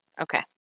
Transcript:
okay